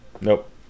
Nope